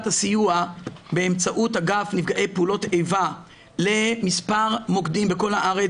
הסיוע באמצעות אגף נפגעי פעולות איבה למספר מוקדים בכל הארץ